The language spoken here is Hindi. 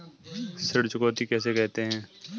ऋण चुकौती किसे कहते हैं?